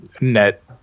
net